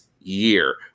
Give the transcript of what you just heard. year